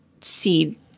see